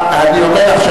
אני אומר לך,